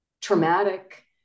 traumatic